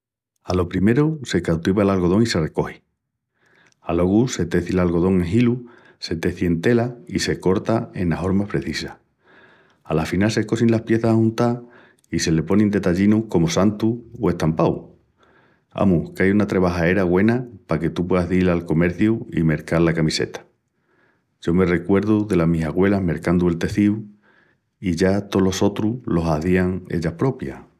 Alo primeru se cautiva l'algodón i se recogi. Aluegu, se teci l'algodón en hilus, se teci en tela i se corta enas hormas precisas. Afinal, se cosin las pieças ajuntás i se le ponin detallinus como santus o estampaus. Amus qu'ai una trebajera güena paque tú pueas dil al comerciu i mercal la camiseta. Yo me recuerdu delas mis agüelas mercandu el tecíu i yo tolo otru lo hazían ellas propias.